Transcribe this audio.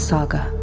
Saga